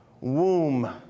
womb